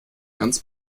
ganz